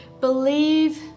believe